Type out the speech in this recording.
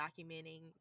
documenting